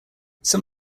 some